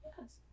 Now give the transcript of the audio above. yes